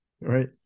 Right